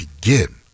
begin